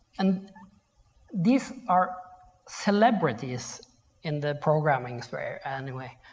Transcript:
and these are celebrities in the programming sphere anyway.